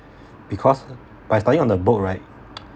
because by studying on the book right